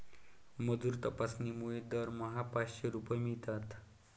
मजूर तपासणीमुळे दरमहा पाचशे रुपये मिळतात